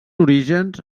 orígens